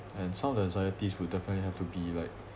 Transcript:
and some of the anxieties would definitely have to be like